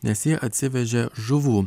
nes ji atsivežė žuvų